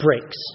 breaks